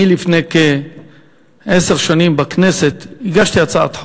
לפני כעשר שנים הגשתי בכנסת הצעת חוק.